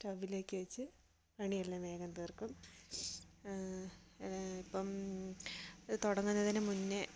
സ്റ്റവിലേക്ക് വച്ച് പണിയെല്ലാം വേഗം തീർക്കും ഇപ്പം ഇത് തുടങ്ങുന്നതിനു മുന്നെ